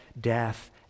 death